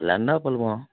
ల్యాండా పొలమా